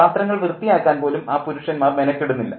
പാത്രങ്ങൾ വൃത്തിയാക്കാൻ പോലും ആ പുരുഷന്മാർ മെനക്കെടുന്നില്ല